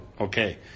Okay